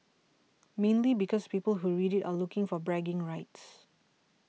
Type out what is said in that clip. mainly because people who read it are looking for bragging rights